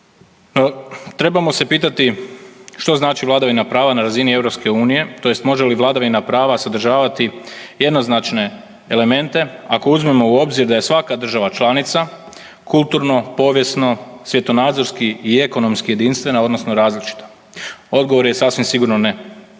Trebamo se pitati što znači vladavina prava na razini EU, tj. može li vladavina prava sadržavati jednoznačne elemente ako uzmemo u obzir da je svaka država članica kulturno, povijesno, svjetonazorski i ekonomski jedinstveno odnosno različito? Odgovor je sasvim sigurno ne.